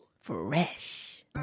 Fresh